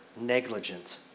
negligent